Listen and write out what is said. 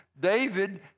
David